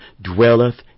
dwelleth